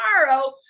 tomorrow